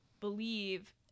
believe